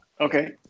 Okay